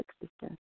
existence